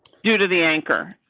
due to the anchor.